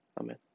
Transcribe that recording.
Amen